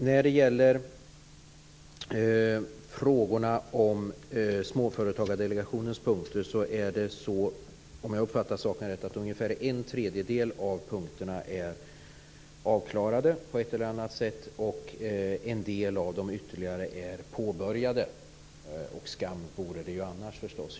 När det gäller frågorna om Småföretagardelegationens punkter är, om jag uppfattade saken rätt, ungefär en tredjedel av punkterna avklarade på ett eller annat sätt och ytterligare en del av dem är påbörjade. Och skam vore det ju annars, förstås.